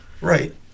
Right